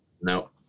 No